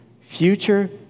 future